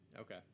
Okay